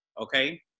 okay